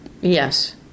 yes